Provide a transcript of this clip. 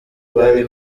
bari